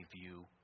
view